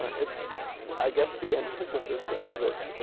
it's i guess the antithesis of this,